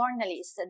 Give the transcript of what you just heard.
journalists